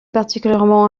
particulièrement